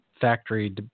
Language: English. factory